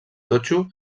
totxo